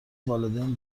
والدین